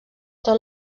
tot